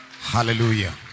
Hallelujah